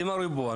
אתם הריבון.